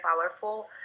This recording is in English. powerful